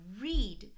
read